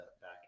back